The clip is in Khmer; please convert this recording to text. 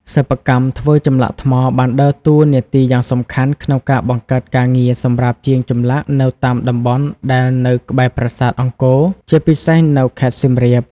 សិប្បកម្មធ្វើចម្លាក់ថ្មបានដើរតួនាទីយ៉ាងសំខាន់ក្នុងការបង្កើតការងារសម្រាប់ជាងចម្លាក់នៅតាមតំបន់ដែលនៅក្បែរប្រាសាទអង្គរ ជាពិសេសនៅខេត្តសៀមរាប។